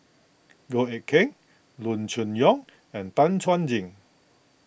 Goh Eck Kheng Loo Choon Yong and Tan Chuan Jin